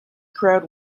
crowd